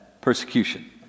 persecution